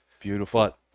beautiful